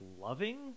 loving